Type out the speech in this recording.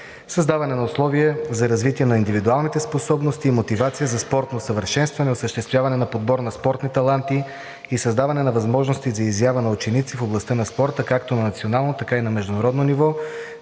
създаване на условия за развитие на индивидуалните способности и мотивация за спортно усъвършенстване, осъществяване на подбор на спортни таланти и създаване на възможности за изява на ученици в областта на спорта както на национално, така и на международно ниво,